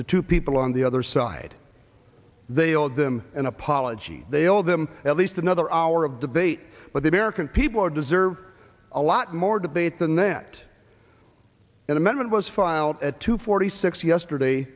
two people on the other side they hold them and ology they owe them at least another hour of debate but the american people deserve a lot more debate than that an amendment was filed at two forty six yesterday